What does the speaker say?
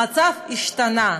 המצב השתנה.